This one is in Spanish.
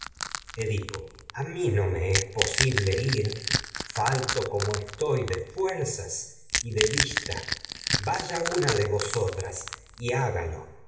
a mí no me es posible ir falto una como y estoy de fuerzas y de vista vaya de vosotras hágalo